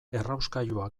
errauskailua